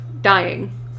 dying